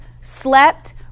slept